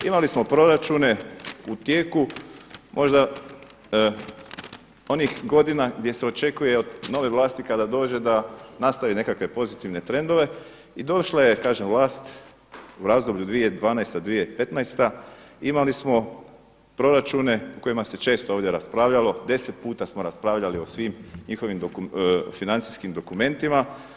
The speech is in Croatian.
Imali smo proračune u tijeku možda onih godina gdje se očekuje od nove vlasti kada dođe da nastavi nekakve pozitivne trendove, i došla je kažem vlast u razdoblju 2012.-2015. godina, imali smo proračune u kojima se često ovdje raspravljalo, deset puta smo raspravljali o svim njihovim financijskim dokumentima.